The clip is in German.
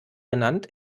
genannt